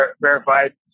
verified